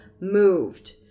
moved